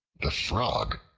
the frog,